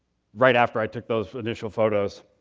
right after i took those initial photos,